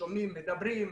שומעים ומדברים.